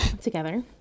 together